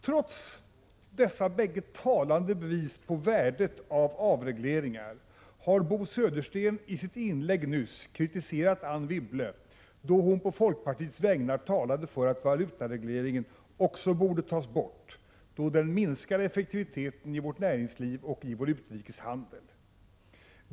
Trots dessa bägge talande bevis på värdet av avregleringar har Bo Södersten i sitt inlägg nyss kritiserat Anne Wibble då hon på folkpartiets vägnar talade för att också valutaregleringen borde tas bort, då den minskar effektiviteten i vårt näringsliv och i vår utrikeshandel.